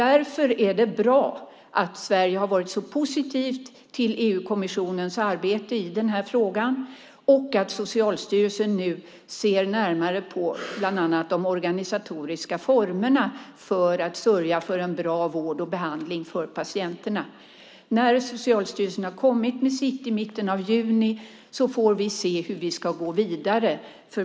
Därför är det bra att Sverige har varit så positivt till EU-kommissionens arbete i frågan och att Socialstyrelsen nu ser närmare på bland annat de organisatoriska formerna för att sörja för en bra vård och behandling för patienterna. När Socialstyrelsen har kommit med sitt uttalande i mitten av juni får vi se hur vi ska gå vidare.